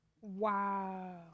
wow